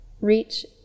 reach